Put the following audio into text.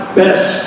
best